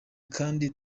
kandi